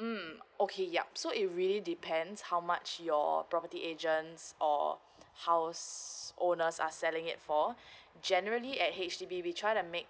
mm okay yup so it really depends how much your property agents or house owners are selling it for generally at H_D_B we try to make